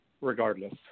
regardless